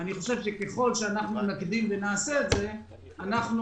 ככל שאנחנו נקדים ונעשה את זה אנחנו